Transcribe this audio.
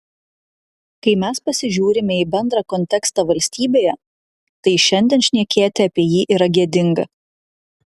kai mes pasižiūrime į bendrą kontekstą valstybėje tai šiandien šnekėti apie jį yra gėdinga